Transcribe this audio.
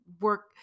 work